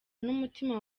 n’umutima